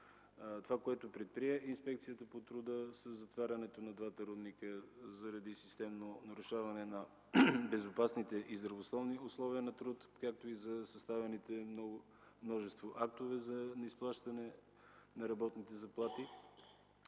Това, което предприе Инспекцията по труда, са затварянето на двата рудника заради системно нарушаване на безопасните и здравословни условия на труд, както и за съставените множество актове за неизплащане на работните заплати.